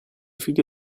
figlio